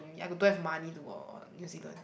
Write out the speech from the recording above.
to me I don't have money to go New Zealand